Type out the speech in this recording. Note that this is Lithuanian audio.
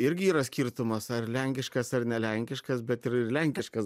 irgi yra skirtumas ar lenkiškas ar ne lenkiškas bet lenkiškas